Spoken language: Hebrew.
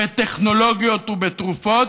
בטכנולוגיות ובתרופות,